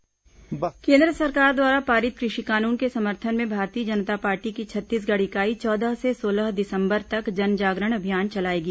कृषि कानून भाजपा जनजागरण केन्द्र सरकार द्वारा पारित कृषि कानून के समर्थन में भारतीय जनता पार्टी की छत्तीसगढ़ इकाई चौदह से सोलह दिसंबर तक जन जागरण अभियान चलाएगी